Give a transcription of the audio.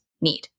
need